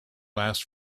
last